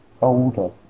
older